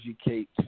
educate